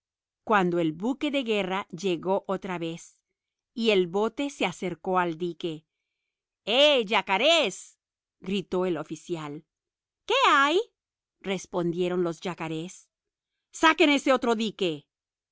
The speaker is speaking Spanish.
cuando el buque de guerra llegó otra vez y el bote se acercó al dique eh yacarés gritó el oficial qué hay respondieron los yacarés saquen ese otro dique